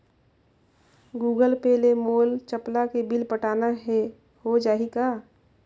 Google Pay ले मोल चपला के बिल पटाना हे, हो जाही का?